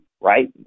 right